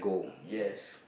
yes